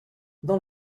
dans